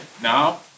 now